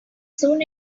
soon